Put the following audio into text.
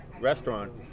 restaurant